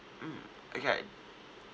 mmhmm okay